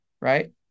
right